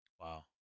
Wow